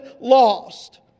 lost